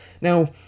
Now